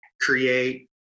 create